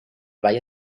valle